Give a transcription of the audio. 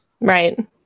right